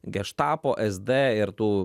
geštapo s d ir tų